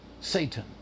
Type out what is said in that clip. Satan